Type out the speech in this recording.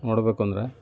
ನೋಡ್ಬೇಕಂದ್ರೆ